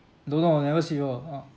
don't know I never see !woo! ah